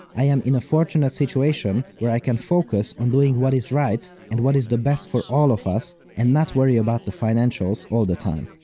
i am in a fortunate situation where i can focus on doing what is right and what is the best is for all of us, and not worry about the financials all the time.